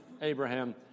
Abraham